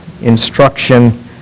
instruction